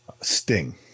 Sting